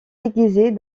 déguisée